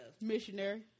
Missionary